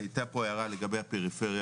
הייתה פה הערה לגבי הפריפריה.